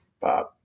Bob